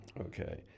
Okay